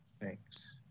thanks